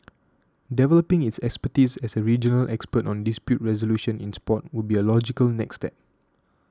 developing its expertise as a regional expert on dispute resolution in sport would be a logical next step